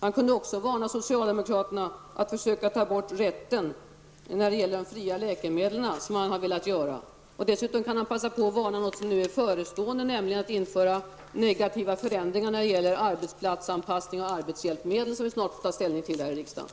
Han kunde också varna socialdemokraterna för att försöka ta bort rätten till fria läkemedel, vilket man har velat göra. Dessutom kan han passa på att varna för något som nu är förestående, nämligen att negativa förändringar är på väg att införas när det gäller arbetsplatsanpassning och arbetshjälpmedel. Detta får vi snart ta ställning till här i riksdagen.